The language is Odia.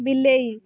ବିଲେଇ